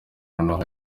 noneho